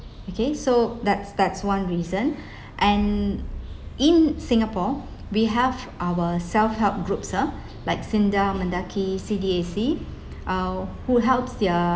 okay so that's that's one reason and in singapore we have our self help groups ah like SINDA Mendaki C_D_A_C uh who helps their